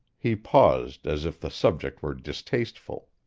he paused, as if the subject were distasteful.